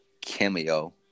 Cameo